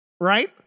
right